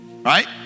Right